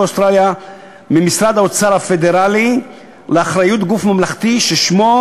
ממשרד האוצר הפדרלי לאחריות גוף ממלכתי ששמו,